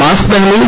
mask पहनें